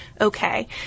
okay